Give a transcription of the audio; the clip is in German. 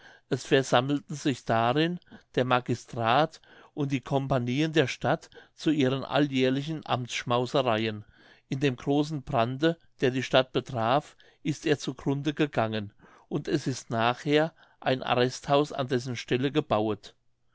es versammelten sich darin der magistrat und die compagnien der stadt zu ihren alljährlichen amtsschmausereien in dem großen brande der die stadt betraf ist er zu grunde gegangen und es ist nachher ein arresthaus an dessen stelle gebauet